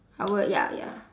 our ya ya